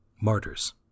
Martyrs